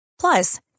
Plus